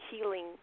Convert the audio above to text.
healing